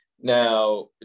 now